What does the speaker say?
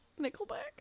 Nickelback